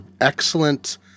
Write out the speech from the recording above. excellent